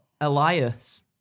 Elias